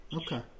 Okay